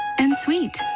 and so a